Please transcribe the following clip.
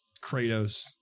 Kratos